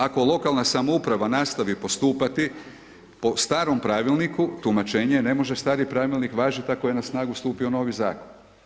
Ako lokalna samouprava nastavi postupati po starom pravilniku, tumačenje ne može stari pravilnik važiti ako je na snazi novi zakon.